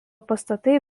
pastatai